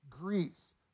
Greece